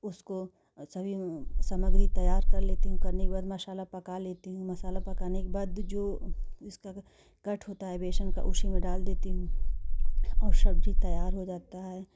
उसको सभी सामग्री तैयार कर लेती हूँ करने के बाद मसाला पका लेती हूँ मसाला पकाने के बाद जो जिसका कट होता है बेसन का उसी में डाल देती हूँ और सब्ज़ी तैयार हो जाता है